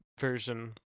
version